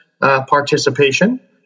participation